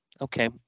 okay